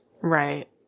right